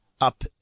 up